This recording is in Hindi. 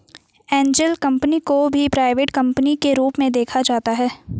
एंजल कम्पनी को भी प्राइवेट कम्पनी के रूप में देखा जाता है